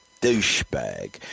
douchebag